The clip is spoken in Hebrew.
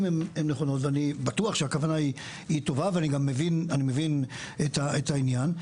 הן נכונות ואני בטוח שהכוונה היא טובה ואני גם מבין את העניין,